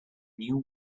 new